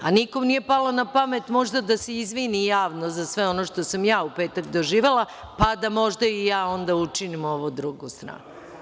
A, nikom nije možda palo na pamet da se izvini javno za sve ono što sam ja u petak doživela, pa da možda i ja učinim ovu drugu stanu.